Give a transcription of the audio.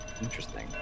interesting